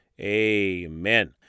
amen